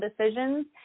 decisions